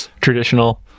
Traditional